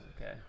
Okay